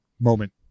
moment